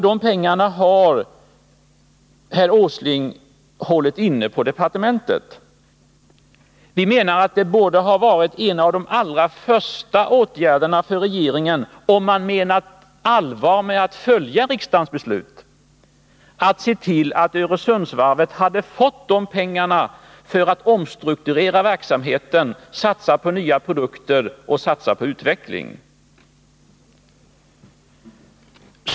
De pengarna har herr Åsling hållit inne på departementet. Vi menar att om regeringen menat allvar med att följa riksdagens beslut, borde en av de allra första åtgärderna ha varit att se till att Öresundsvarvet hade fått de pengarna för att omstrukturera verksamheten, satsa på nya produkter och satsa på utveckling.